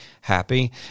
happy